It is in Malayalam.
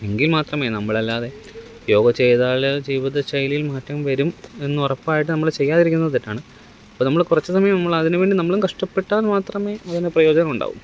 എങ്കിൽ മാത്രമേ നമ്മൾ അല്ലാതെ യോഗ ചെയ്താൽ ജീവിത ശൈലിയില് മാറ്റം വരും എന്നുറപ്പായിട്ട് നമ്മൾ ചെയ്യാതിരിക്കുന്നത് തെറ്റാണ് അപ്പം നമ്മൾ കുറച്ച് സമയം നമ്മൾ അതിന് വേണ്ടി നമ്മളും കഷ്ടപ്പെട്ടാല് മാത്രമേ അതിന് പ്രയോജനമുണ്ടാകൂ